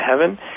heaven